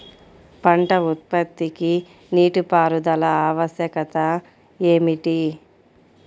పంట ఉత్పత్తికి నీటిపారుదల ఆవశ్యకత ఏమిటీ?